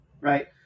right